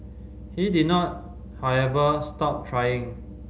he did not however stop trying